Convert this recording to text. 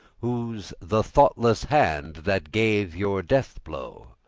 whose the thoughtless hand that gave your death-blow.